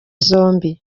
zose